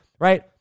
right